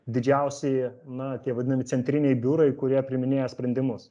didžiausi na tie vadinami centriniai biurai kurie priiminėja sprendimus